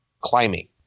climbing